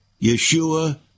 Yeshua